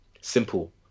Simple